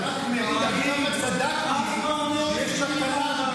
אתה רק מעיד עד כמה צדקתי שיש תקלה.